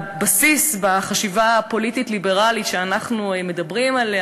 הבסיס בחשיבה הפוליטית-ליברלית שאנחנו מדברים עליה,